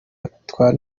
batwara